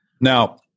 Now